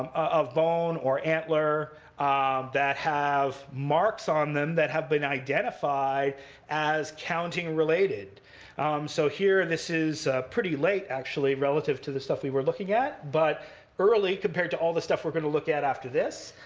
of bone or antler that have marks on them that have been identified as counting-related. so here and this is pretty late, actually, relative to the stuff we were looking at, but early compared to all the stuff we're going to look at after this